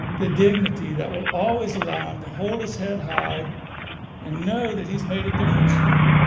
the dignity that will always allow him to hold his head high and know that he's made a difference here.